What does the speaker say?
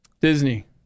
Disney